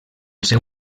seu